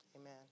Amen